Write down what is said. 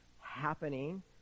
happening